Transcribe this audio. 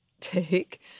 take